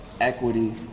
equity